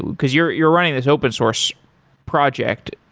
because you're you're running this open source project.